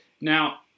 Now